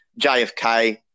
JFK